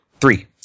Three